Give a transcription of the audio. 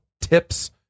tips